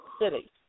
city